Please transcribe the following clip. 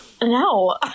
No